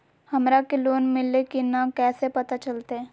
हमरा के लोन मिल्ले की न कैसे पता चलते?